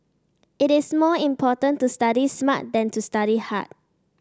it is more important to study smart than to study hard